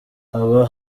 haba